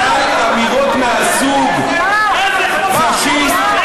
אבל אמירות מהסוג "פאשיסט",